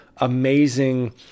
amazing